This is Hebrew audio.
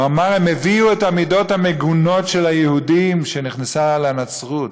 הוא אמר: הם הביאו את המידות המגונות של היהודים שנכנסו אל הנצרות,